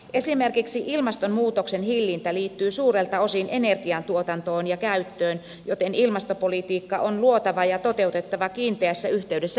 esimerkiksi ilmastonmuutoksen hillintä liittyy suurelta osin energian tuotantoon ja käyttöön joten ilmastopolitiikka on luotava ja toteutettava kiinteässä yhteydessä energiapolitiikkaan